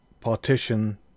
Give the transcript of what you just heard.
partition